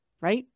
right